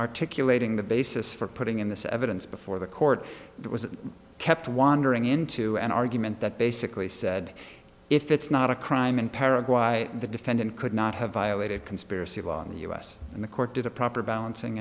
articulating the basis for putting in this evidence before the court it was kept wandering into an argument that basically said if it's not a crime in paraguay the defendant could not have violated conspiracy law in the us and the court did a proper balancing